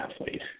athlete